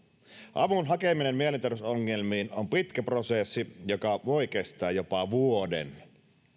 avun hakeminen mielenterveysongelmiin on pitkä prosessi joka voi kestää jopa vuoden